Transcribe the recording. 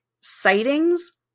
sightings